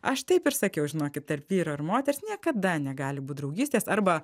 aš taip ir sakiau žinokit tarp vyro ir moters niekada negali būt draugystės arba